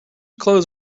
clothes